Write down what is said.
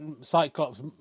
Cyclops